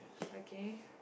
okay